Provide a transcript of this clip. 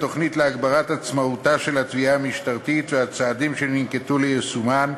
התוכנית להגברת עצמאותה של התביעה המשטרתית והצעדים שננקטו ליישומה,